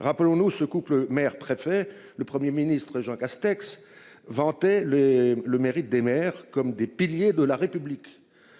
Rappelons-nous ce couple mère-préfet le Premier ministre Jean Castex vantait les le mérite des mères comme des piliers de la République.